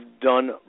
done